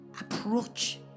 approach